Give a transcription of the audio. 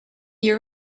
you